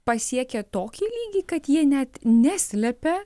pasiekė tokį lygį kad jie net neslepia